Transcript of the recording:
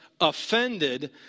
offended